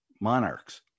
monarchs